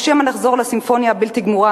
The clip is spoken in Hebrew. או שמא נחזור לסימפוניה הבלתי גמורה,